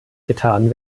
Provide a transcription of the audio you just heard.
getan